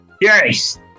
Yes